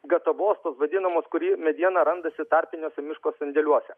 gatavos tos vadinamos kuri mediena randasi tarpiniuose miško sandėliuose